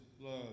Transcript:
love